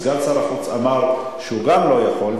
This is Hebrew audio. סגן שר החוץ אמר שגם הוא לא יכול.